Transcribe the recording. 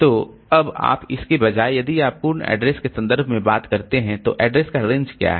तो अब आप इसके बजाय यदि आप पूर्ण एड्रेस के संदर्भ में बात करते हैं तो एड्रेस का रेंज क्या है